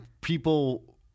People